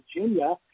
Virginia